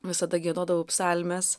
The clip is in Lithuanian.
visada giedodavau psalmes